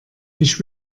ich